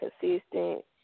consistent